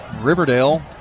Riverdale